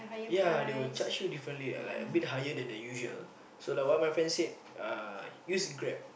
ya they will charge you differently like a bit higher than the usual so like what my friend said uh use Grab